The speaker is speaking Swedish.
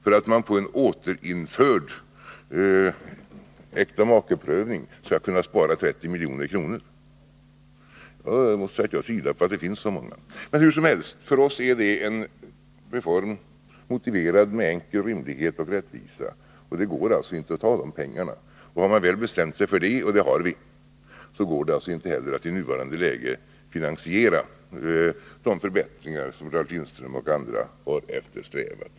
för att vi på en återinförd äktamakeprövning skall kunna spara 30 milj.kr. Jag tvivlar på att det finns så många. Det må vara hur som helst med detta, för borttagandet av äktamakeprövningen är för oss en reform motiverad av rimlighetsoch rättviseskäl. Det går således inte att ta dessa pengar. Och har man väl bestämt sig för det — och det har vi — går det inte heller att i nuvarande läge finansiera de förbättringar som Ralf Lindströn och andra har eftersträvat.